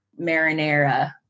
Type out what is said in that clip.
marinara